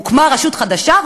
הוקמה רשות חדשה,